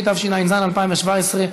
התשע"ז 2017,